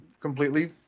completely